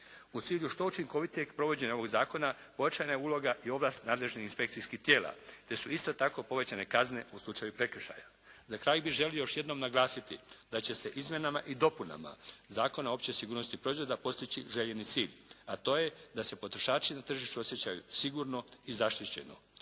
U cilju što učinkovitijeg provođenja ovog zakona pojačana je uloga i ovlast nadležnih inspekcijskih tijela, te su isto tako povećane kazne u slučaju prekršaja. Za kraj bih želio još jednom naglasiti da će se izmjenama i dopunama Zakona o općoj sigurnosti proizvoda postići željeni cilj, a to je da se potrošači na tržištu osjećaju sigurno i zaštićeno.